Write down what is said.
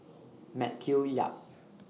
Matthew Yap